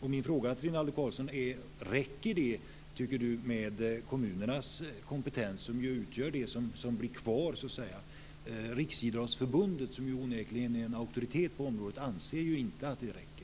Min fråga till Rinaldo Karlsson är: Räcker det med kommunernas kompetens, som utgör det som blir kvar? Riksidrottsförbundet, som onekligen är en auktoritet på området, anser inte att det räcker.